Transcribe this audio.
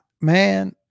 man